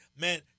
Man